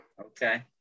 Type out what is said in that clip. Okay